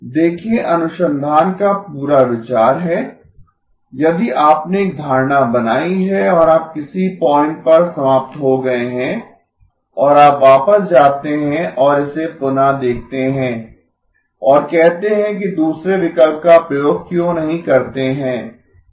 देखें अनुसंधान का पूरा विचार है यदि आपने एक धारणा बनाई है और आप किसी पॉइंट पर समाप्त हो गए हैं और आप वापस जाते हैं और इसे पुनः देखतें हैं और कहते हैं कि दूसरे विकल्प को प्रयोग क्यों नहीं करते हैं क्या यह एक संभावना है